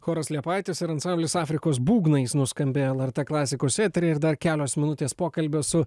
choras liepaitės ir ansamblis afrikos būgnais nuskambėjo lrt klasikos etery ir dar kelios minutės pokalbio su